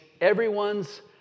everyone's